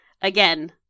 again